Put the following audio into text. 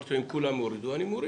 אמרתי לו: אם כולם הורידו, אני מוריד.